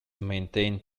maintained